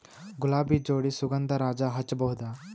ಗುಲಾಬಿ ಜೋಡಿ ಸುಗಂಧರಾಜ ಹಚ್ಬಬಹುದ?